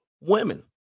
Women